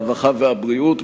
הרווחה והבריאות,